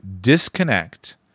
disconnect